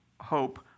hope